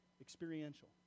experiential